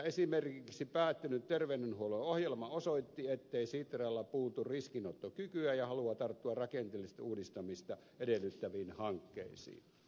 esimerkiksi päättynyt terveydenhuollon ohjelma osoitti ettei sitralta puutu riskinottokykyä ja halua tarttua rakenteellista uudistamista edellyttäviin hankkeisiin